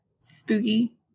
spooky